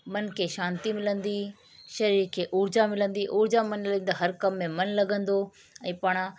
मन खे शांती मिलंदी शरीर खे ऊर्जा मिलंदी ऊर्जा मन लाइ हर कम में मनु लॻंदो ऐं पाण